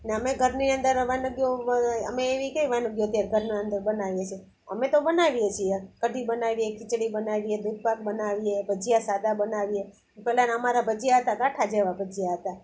ને અમે ઘરની અંદર વાનગીઓ અમે એવી કઈ વાનગીઓ અત્યારે ઘરનાં અંદર બનાવીએ છીએ અમે તો બનાવીએ છીએ કઢી બનાવીએ ખીચડી બનાવીએ દૂધપાક બનાવીએ ભજીયા સાદા બનાવીએ પહેલાંના અમારા ભજીયા હતા ટાઠા જેવા ભજીયા હતા